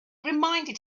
reminded